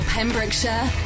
Pembrokeshire